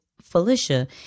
Felicia